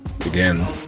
again